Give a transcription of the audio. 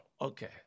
okay